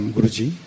Guruji